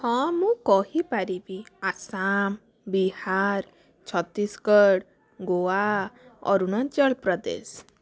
ହଁ ମୁଁ କହିପାରିବି ଆସାମ ବିହାର ଛତିଶଗଡ଼ ଗୋଆ ଅରୁଣାଞ୍ଚଳ ପ୍ରଦେଶ